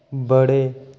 ਬੜੇ